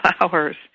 flowers